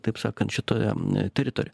taip sakant šitoje teritorijo